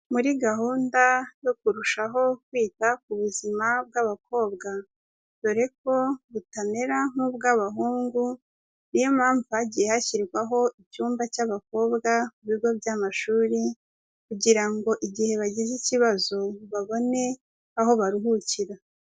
Muri gahunda yo kurushaho kwita ku buzima bw'abakobwa, dore ko butamera nk'ubw'abahungu, niyo mpamvu hagiye hashyirwaho icyumba cy'abakobwa mu bigo by'amashuri kugira ngo igihe bagize ikibazo babone aho baruhukira.